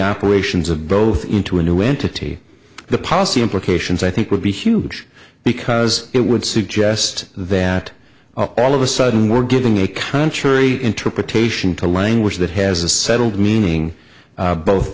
operations of both into a new entity the policy implications i think would be huge because it would suggest that all of a sudden we're getting a country interpretation to language that has a settled meaning both